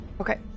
Okay